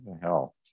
hell